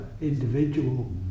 individual